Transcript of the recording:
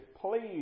Please